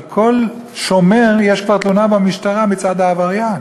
על כל שומר כבר יש תלונה במשטרה מצד העבריין,